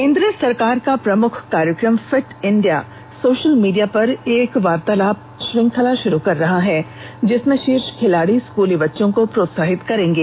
केंद्र सरकार का प्रमुख कार्यक्रम फिट इंडिया सोशल मीडिया पर एक वार्तालाप श्रंखला शुरू कर रहा है जिसमें शीर्ष खिलाड़ी स्कूली बच्चों को प्रोत्साहित करेंगे